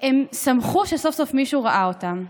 הם שמחו שסוף-סוף מישהו ראה אותם.